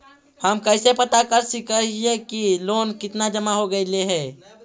हम कैसे पता कर सक हिय की लोन कितना जमा हो गइले हैं?